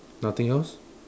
nothing else